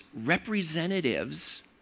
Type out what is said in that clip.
representatives